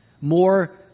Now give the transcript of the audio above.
more